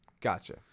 Gotcha